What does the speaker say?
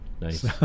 Nice